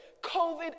COVID